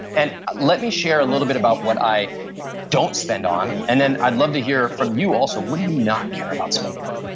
and let me share a little bit about what i don't spend on and then i'd love to hear from you also what do you not care about spending on.